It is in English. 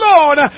Lord